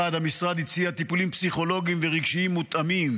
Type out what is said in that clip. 1. המשרד הציע טיפולים פסיכולוגיים ורגשיים מותאמים,